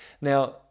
Now